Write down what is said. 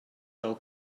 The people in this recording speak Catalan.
del